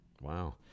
Wow